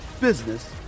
business